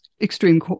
extreme